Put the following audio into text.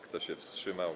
Kto się wstrzymał?